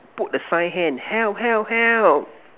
put the sign hand help help help